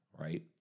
Right